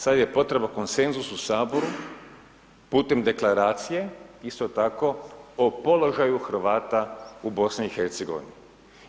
Sad je potreban konsenzus u Saboru pute deklaracije isto tako o položaju Hrvata u BiH-u.